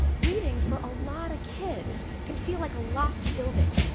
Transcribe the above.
reading for a lot of kids can feel like a locked building.